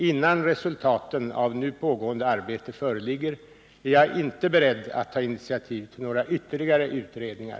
Innan resultaten av nu pågående arbete föreligger är jag inte beredd att ta initiativ till några ytterligare utredningar.